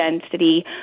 density